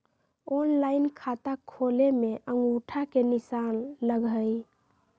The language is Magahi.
ऑनलाइन खाता खोले में अंगूठा के निशान लगहई?